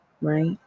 right